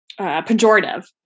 pejorative